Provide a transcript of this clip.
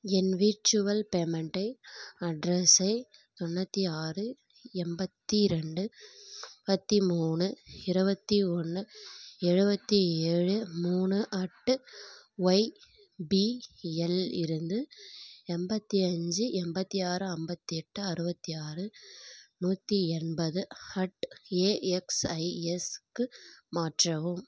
என் virtual பேமெண்ட்டை அட்ரஸை தொண்ணூற்றி ஆறு எண்பத்தி ரெண்டு முப்பத்தி மூணு இருபத்தி ஒன்று எழுபத்தி ஏழு மூணு அட்டு ஒய்பிஎல் இருந்து எண்பத்தி அஞ்சு எண்பத்தி ஆறு ஐம்பத்தி எட்டு அறுபத்தி ஆறு நூற்றி எண்பது அட் ஏஎக்ஸ்ஐஎஸுக்கு மாற்றவும்